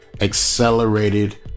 accelerated